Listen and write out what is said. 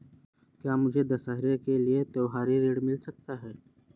क्या मुझे दशहरा के लिए त्योहारी ऋण मिल सकता है?